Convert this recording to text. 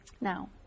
Now